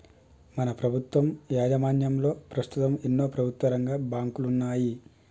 మన ప్రభుత్వం యాజమాన్యంలో పస్తుతం ఎన్నో ప్రభుత్వరంగ బాంకులున్నాయి